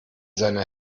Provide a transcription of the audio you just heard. seiner